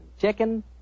Chicken